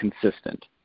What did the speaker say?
consistent